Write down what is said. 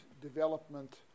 development